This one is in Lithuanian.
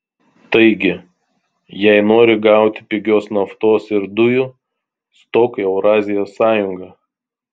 taigi jei nori gauti pigios naftos ir dujų stok į eurazijos sąjungą